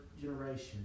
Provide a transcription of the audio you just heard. generation